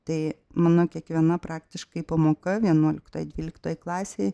tai mano kiekviena praktiškai pamoka vienuoliktoj dvyliktoj klasėj